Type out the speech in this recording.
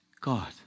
God